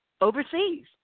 overseas